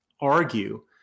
argue